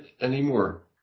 anymore